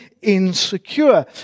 insecure